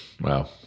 Wow